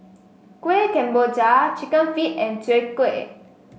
Kuih Kemboja Chicken Feet and Chwee Kueh